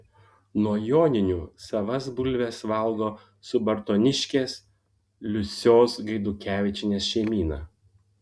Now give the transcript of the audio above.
nuo joninių savas bulves valgo subartoniškės liusios gaidukevičienės šeimyna